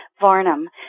Varnum